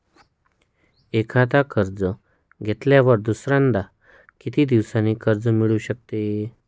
एकदा कर्ज घेतल्यावर दुसऱ्यांदा किती दिवसांनी कर्ज मिळू शकते?